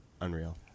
Unreal